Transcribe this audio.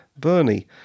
Bernie